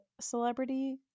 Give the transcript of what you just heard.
celebrity